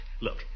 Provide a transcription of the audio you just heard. Look